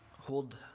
hold